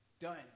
done